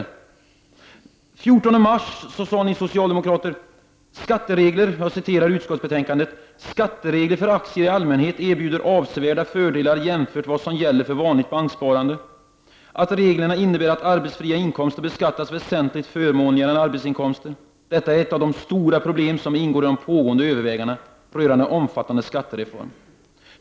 Den 14 mars sade ni socialdemokrater i utskottsbetänkandet att skattereglerna för aktier i allmänhet erbjuder avsevärda fördelar jämfört med vad som gäller för vanligt banksparande och att reglerna innebär att arbetsfria inkomster beskattas väsentligt förmånligare än arbetsinkomster. Detta är ett av de stora problem som ingår i de pågående övervägandena i samband med en omfattande skattereform.